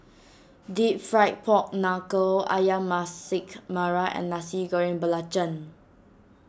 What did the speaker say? Deep Fried Pork Knuckle Ayam Masak Merah and Nasi Goreng Belacan